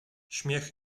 śmiech